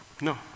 No